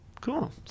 Cool